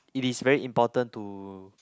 it is very important to